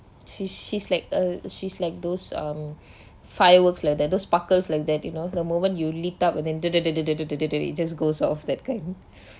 she she's like a she's like those um fireworks lah that those sparklers like that you know the moment you lit up and then it just goes off that kind